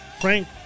Frank